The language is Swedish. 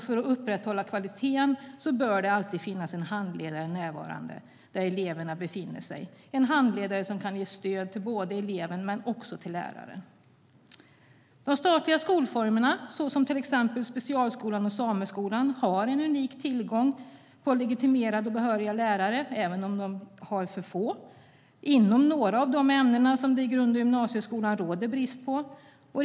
För att upprätthålla kvaliteten bör det alltid finnas en handledare närvarande där eleverna befinner sig - en handledare som kan ge stöd både till eleven och till läraren.De statliga skolformerna, till exempel specialskolan och sameskolan, har en unik tillgång på legitimerade och behöriga lärare, även om de har för få, inom några av de ämnen där det i grund och gymnasieskolan råder brist på lärare.